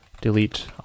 delete